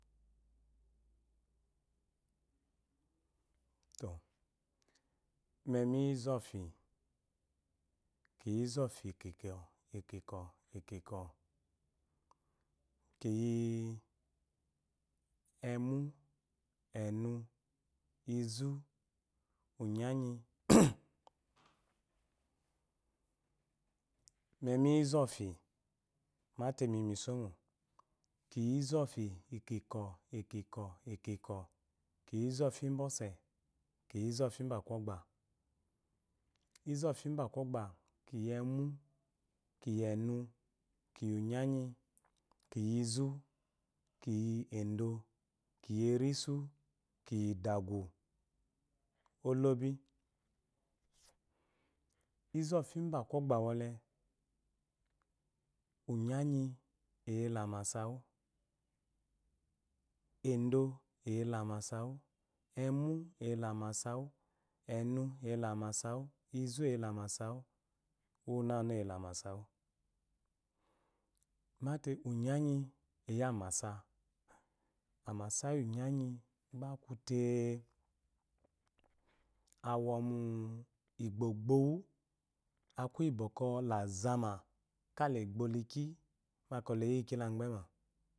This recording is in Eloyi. Tɔ memi iyi izɔfi kiyi izɔfi kikwɔ ikikwɔ ikikwŋ kiyi emu enu izu unyanyi memi yizɔfi mate miyi misomo kiyi izɔfi ikikwɔ ikkwɔ ikikwɔ kiyi izɔ fi nba ɔse kiyi zɔfi bakogba iɔfi ba kogba kiyi emu kiy enu kiyi unyanyi kiyi izu kiyi edo kiyi erusu kiyi idasu olobi izɔfi bakogba mbwɔle unyanyi eye la amasa wu edo eyela amasa emu eyela amasawu enu eyela amasawu izueyela amasawu unana eyela amasawa mate unyangi iy amaba amasa yiunyenyi gba kute amo mi gbogbi mu gbe kubala zama kala egbo hiki kda yi kala ghema